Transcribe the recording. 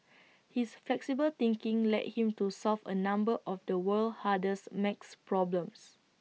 his flexible thinking led him to solve A number of the world's hardest maths problems